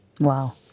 Wow